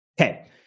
Okay